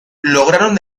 lograron